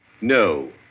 No